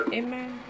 amen